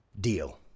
Deal